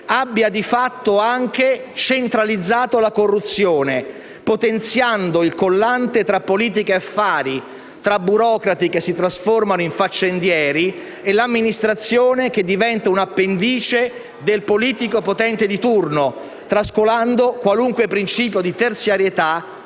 abbia di fatto anche centralizzato la corruzione, potenziando il collante tra politica e affari, tra i burocrati che si trasformano in faccendieri e l'amministrazione che diventa un'appendice del politico potente di turno, trascurando qualunque principio di terzietà,